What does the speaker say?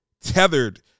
tethered